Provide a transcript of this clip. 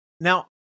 Now